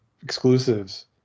exclusives